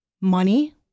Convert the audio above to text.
Money